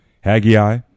Haggai